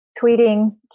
tweeting